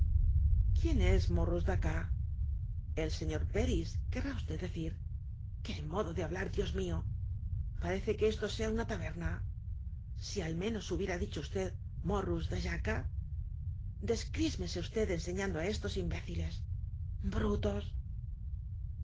quién es morros dt aca el señor de peris querrá usted decir qué modo de hablar dios mío parece que esto sea una taberna si al menos hubiera dicho usted morros de jaca descrísmese usted enseñando á estos im béciles brutos